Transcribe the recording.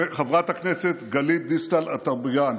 חברת הכנסת גלית דיסטל אטבריאן,